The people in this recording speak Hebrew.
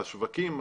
השווקים,